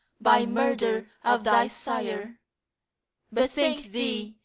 by murder of thy sire bethink thee,